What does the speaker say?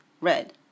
red